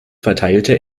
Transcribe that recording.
verteilte